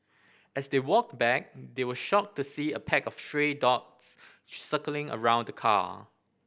as they walked back they were shocked to see a pack of stray dogs circling around the car